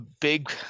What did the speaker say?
big